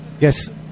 yes